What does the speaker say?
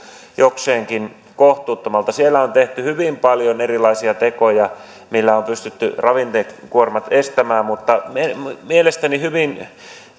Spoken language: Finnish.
jokseenkin kohtuuttomalta siellä on tehty hyvin paljon erilaisia tekoja millä on pystytty ravinnekuormat estämään mutta mielestäni hyvin